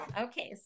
Okay